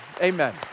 Amen